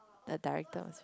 the director